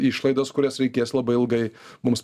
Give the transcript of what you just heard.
išlaidos kurias reikės labai ilgai mums